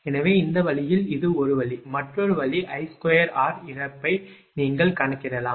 எனவே இந்த வழியில் இது ஒரு வழி மற்றொரு வழி I2r இழப்பை நீங்கள் கணக்கிடலாம்